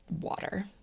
water